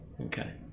Okay